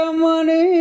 money